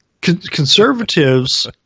Conservatives